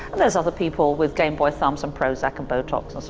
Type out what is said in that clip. and there's other people with gameboy thumbs and prozac and botox so